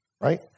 right